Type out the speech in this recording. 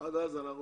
אז יהיו